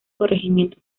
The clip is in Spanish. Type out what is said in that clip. corregimiento